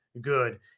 good